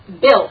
built